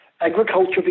Agriculture